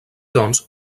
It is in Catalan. doncs